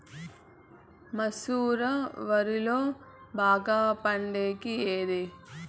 మసూర వరిలో బాగా పండేకి ఏది?